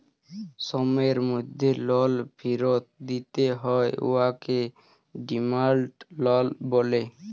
সময়ের মধ্যে লল ফিরত দিতে হ্যয় উয়াকে ডিমাল্ড লল ব্যলে